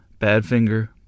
Badfinger